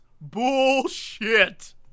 Bullshit